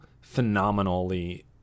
phenomenally